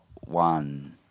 one